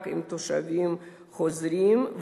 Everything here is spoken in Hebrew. רק בתושבים חוזרים,